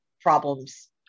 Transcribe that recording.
problems